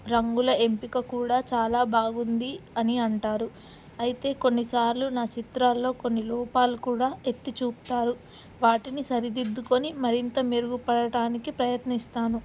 రంగుల ఎంపిక కూడా చాలా బాగుంది అని అంటారు అయితే కొన్నిసార్లు నా చిత్రాల్లో కొన్ని లోపాలు కూడా ఎత్తి చూపుతారు వాటిని సరిదిద్దుకొని మరింత మెరుగుపడటానికి ప్రయత్నిస్తాను